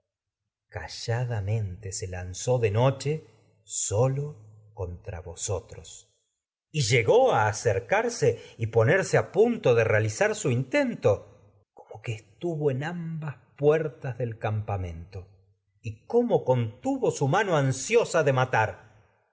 calladamente tra lanzó de noche vosotros ulises realizar y llegó a acercarse y ponerse a punto de su intento minerva como que estuvo en ambas puertas del campamento ulises y matar cómo contuvo su mano ansiosa de